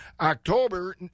October